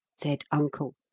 said uncle,